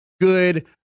Good